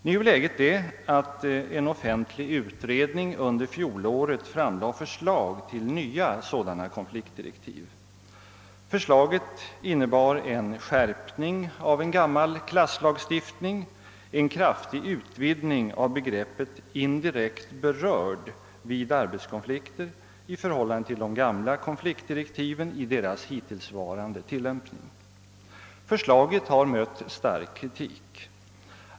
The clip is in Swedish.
Nu är läget det att en offentlig utredning under fjolåret framlade förslag till nya sådana konfliktdirektiv. Förslaget innebar en skärpning av en gammal klasslagstiftning, en kraftig utvidgning av begreppet »indirekt berörd vid arbetskonflikter» i förhållande till de gamla konfliktdirektiven i deras hittillsva rande tillämpning. Förslaget har rönt stark kritik.